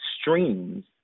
streams